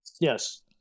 Yes